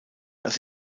dass